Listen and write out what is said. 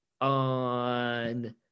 on